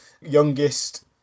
youngest